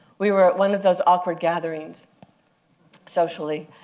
we were at one of those awkward gatherings socially.